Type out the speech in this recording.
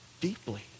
deeply